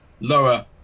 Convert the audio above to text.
lower